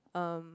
um